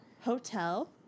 Hotel